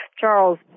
Charles